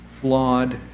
flawed